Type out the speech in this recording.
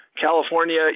California